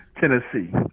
Tennessee